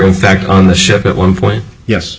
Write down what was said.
fact on the ship at one point yes